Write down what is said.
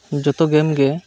ᱡᱚᱛᱚ ᱜᱮᱢ ᱜᱮ